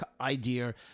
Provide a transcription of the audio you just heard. idea